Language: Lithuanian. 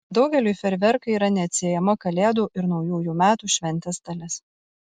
daugeliui fejerverkai yra neatsiejama kalėdų ir naujųjų metų šventės dalis